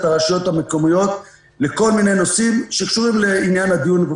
הרשויות המקומיות לכל מיני נושאים שקשורים לעניין הדיון,